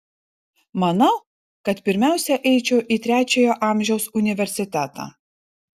manau kad pirmiausia eičiau į trečiojo amžiaus universitetą